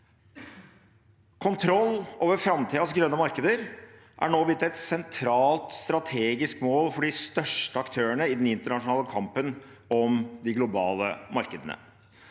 Kontroll over framtidens grønne markeder er nå blitt et sentralt strategisk mål for de største aktørene i den internasjonale kampen om de globale markedene.